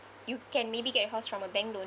you can maybe get a house from a bank loan